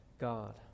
God